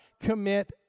commit